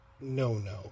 no-no